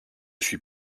suis